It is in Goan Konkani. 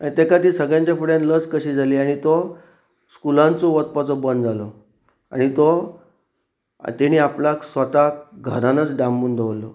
आनी ताका ती सगळ्यांच्या फुड्यान लज कशी जाली आनी तो स्कुलांचो वचपाचो बंद जालो आनी तो तेणी आपल्याक स्वताक घरानच डांबून दवरलो